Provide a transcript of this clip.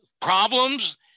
problems